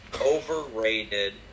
Overrated